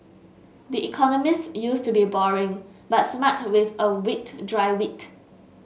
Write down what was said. the Economist used to be boring but smart with a wicked dry wit